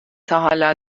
تاحالا